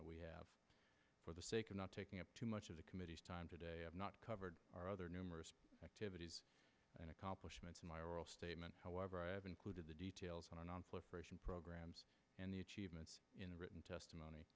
that we have for the sake of not taking up too much of the committee's time today have not covered our other numerous activities and accomplishments in my oral statement however i have included the details on our nonproliferation programs and the achievements in written testimony